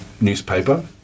newspaper